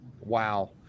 Wow